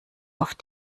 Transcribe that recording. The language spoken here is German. auf